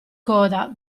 coda